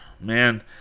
man